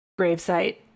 gravesite